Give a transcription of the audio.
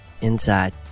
inside